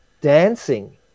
dancing